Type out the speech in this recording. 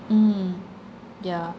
mm yeah